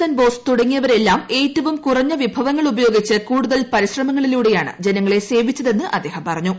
N Bose തുടങ്ങിയവരെല്ലാം ഏറ്റവും കുറ ഞ്ഞ വിഭവങ്ങൾ ഉപയോഗിച്ച് കൂടുതൽ പരിശ്രമങ്ങളിലൂടെയാണ്മ ജ നങ്ങളെ സേവിച്ചതെന്ന് അദ്ദേഹം പറഞ്ഞു